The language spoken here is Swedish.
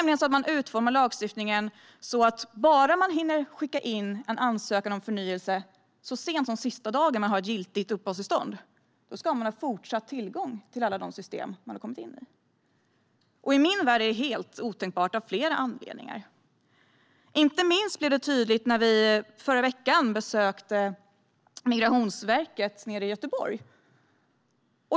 Lagstiftningen utformas nämligen så att bara man hinner skicka in en ansökan om förnyelse så sent som sista dagen man har ett giltigt uppehållstillstånd ska man ha fortsatt tillgång till alla system som man har kommit in i. I min värld är detta helt otänkbart av flera anledningar. Inte minst blev detta tydligt när vi i förra veckan besökte Migrationsverket nere i Göteborg.